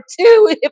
two